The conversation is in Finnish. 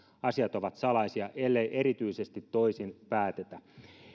asiat ovat salaisia ellei erityisesti toisin päätetä